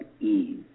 ease